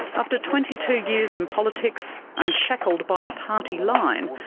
after twenty two years in politics, unshackled by a party line,